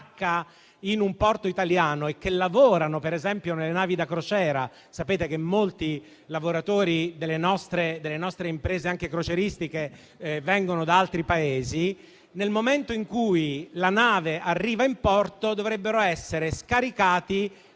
in un porto italiano, per esempio sulle navi da crociera (sapete che molti lavoratori delle nostre imprese, anche crocieristiche, vengono da altri Paesi), nel momento in cui la nave arriva in porto dovrebbero essere scaricati,